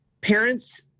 parents